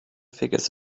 figures